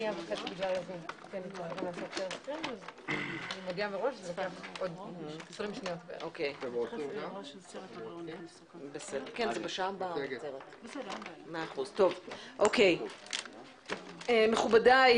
ברוכים